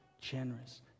generous